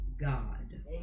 God